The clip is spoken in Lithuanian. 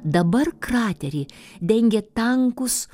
dabar kraterį dengia tankus